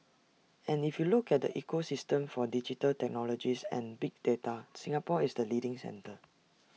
and if you look at the ecosystem for digital technologies and big data Singapore is the leading centre